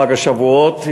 חג השבועות,